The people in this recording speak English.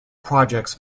projects